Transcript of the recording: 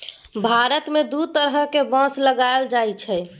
भारत मे दु तरहक बाँस लगाएल जाइ छै